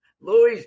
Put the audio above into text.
Louis